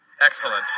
Excellent